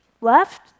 left